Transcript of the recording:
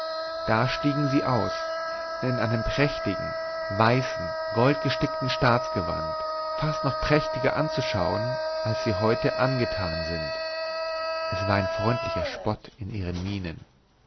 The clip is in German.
da stiegen sie aus in einem prächtigen weißen goldgestickten staatsgewand fast noch prächtiger anzuschaun als sie heute angetan sind es war ein freundlicher spott in ihren mienen